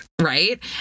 Right